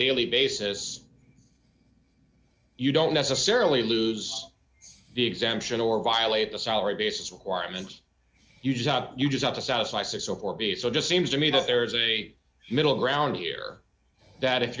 daily basis you don't necessarily lose the exemption or violate the salary basis requirements you thought you just have to satisfy six or b so it just seems to me that there's a middle ground here that if